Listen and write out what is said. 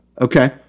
Okay